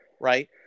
right